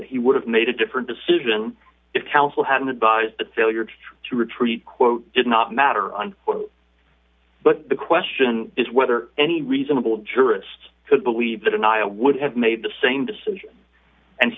that he would have made a different decision if counsel had an advise the failure to retreat quote did not matter on but the question is whether any reasonable jurist could believe the denial would have made the same decision and